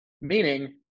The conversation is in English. meaning